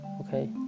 okay